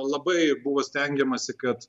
labai buvo stengiamasi kad